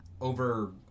over